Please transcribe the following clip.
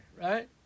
right